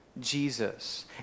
Jesus